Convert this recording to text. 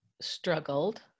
struggled